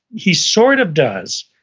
he sort of does.